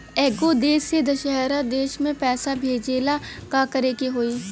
एगो देश से दशहरा देश मे पैसा भेजे ला का करेके होई?